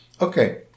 Okay